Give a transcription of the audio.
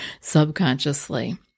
subconsciously